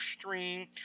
stream